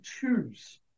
choose